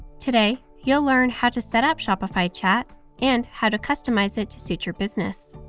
today, you'll learn how to set up shopify chat and how to customize it to suit your business.